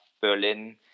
Berlin